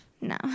no